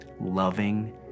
loving